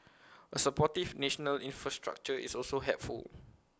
A supportive national infrastructure is also helpful